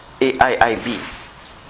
AIIB